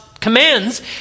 commands